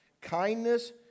kindness